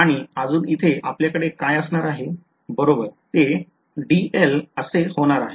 आणि अजून इथे आपल्याकडे काय असणार आहे बरोबर ते असे होणार आहे